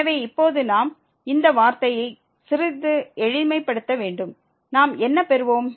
எனவே இப்போது நாம் இந்த வார்த்தையை சிறிது எளிமைப்படுத்த வேண்டும் நாம் என்ன பெறுவோம்